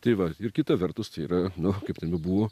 tai va ir kita vertus tai yra nu kaip ten jau buvo